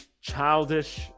childish